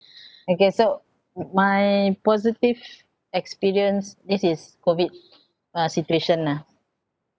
okay so my positive experience this is COVID uh situation ah